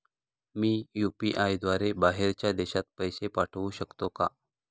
मी UPI द्वारे बाहेरच्या देशात पैसे पाठवू शकतो का?